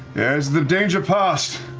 has the danger passed?